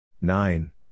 Nine